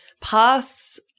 pass